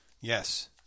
yes